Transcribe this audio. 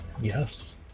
Yes